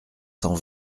cent